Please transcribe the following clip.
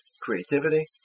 creativity